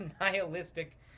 nihilistic